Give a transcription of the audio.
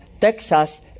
Texas